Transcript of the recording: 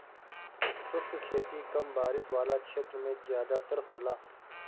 शुष्क खेती कम बारिश वाला क्षेत्र में ज़्यादातर होला